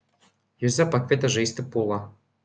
juzę pakvietė žaisti pulą